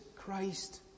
Christ